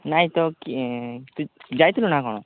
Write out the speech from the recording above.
ନାହିଁ ତୁ ଯାଇଥିଲୁ ନା କଣ